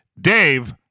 dave